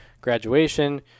graduation